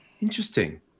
interesting